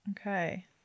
Okay